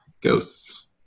Ghosts